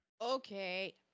Okay